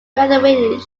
graduating